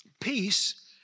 Peace